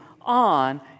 on